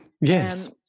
Yes